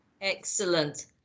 Excellent